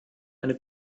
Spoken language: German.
eine